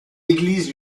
église